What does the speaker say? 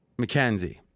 McKenzie